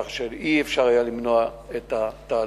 כך שלא היה אפשר למנוע את התהלוכה.